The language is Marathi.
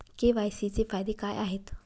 के.वाय.सी चे फायदे काय आहेत?